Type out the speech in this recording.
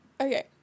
Okay